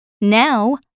Now